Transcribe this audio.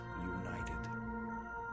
united